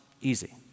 Easy